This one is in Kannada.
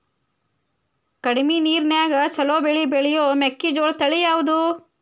ಕಡಮಿ ನೇರಿನ್ಯಾಗಾ ಛಲೋ ಬೆಳಿ ಬೆಳಿಯೋ ಮೆಕ್ಕಿಜೋಳ ತಳಿ ಯಾವುದ್ರೇ?